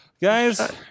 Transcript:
Guys